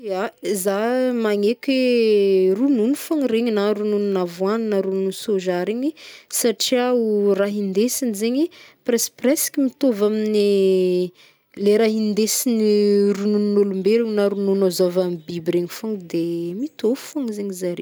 Ia! Zah magneky ronono fôgna regny na ronon'avoanina na ronono soja regny, satria o rah hindesigny zegny, prèsprèsk mitôvy amin'ny le raha hindesign' rononon'olombelo na rognono azo avy amy biby regny fôgna mitovy fôgna zegny zare.